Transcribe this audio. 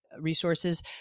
resources